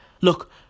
look